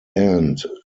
end